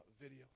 video